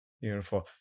Beautiful